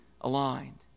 aligned